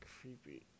creepy